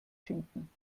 schinken